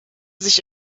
sich